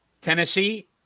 Tennessee